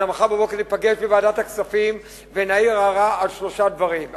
אבל מחר בבוקר ניפגש בוועדת הכספים ונעיר הערה על שלושה דברים,